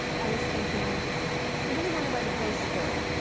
i was thinking, i really want to write a ghost story.